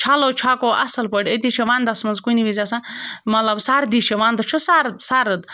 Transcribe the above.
چھَلو چھَکو اَصٕل پٲٹھۍ أتی چھِ وَندَس منٛز کُنہِ وِز آسان مطلب سردی چھِ وَندَس چھُ سرٕد سرٕد